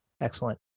Excellent